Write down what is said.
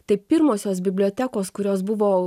tai pirmosios bibliotekos kurios buvo